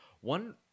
One